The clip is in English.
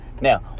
Now